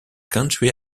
country